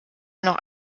noch